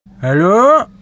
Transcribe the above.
Hello